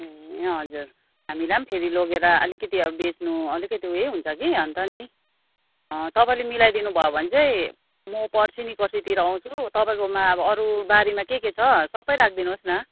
ए हजुर हामीलाई पनि फेरि लगेर अलिकति अब बेच्नु अलिकति उयो हुन्छ कि अन्त नि तपाईँले मिलाइदिनु भयो भने चाहिँ म पर्सि निकोर्सितिर आउँछु तपाईँकोमा अब अरू बारीमा के के छ सबै राखिदिनु होस् न